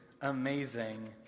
amazing